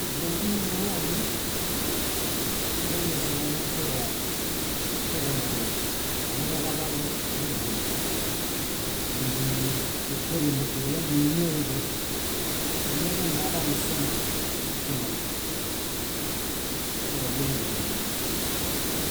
Buźũ ómbiniḃulomi, wáñasoo wamefiaya kuġunaḃo. Aihaŋuġaḃalo búbuon nímbeniṗuorembo wala níneḃo. Áñaḃone aḃaan nisunen, nikune. Kupiawa nónuġuhumin.